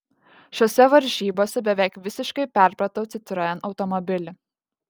šiose varžybose beveik visiškai perpratau citroen automobilį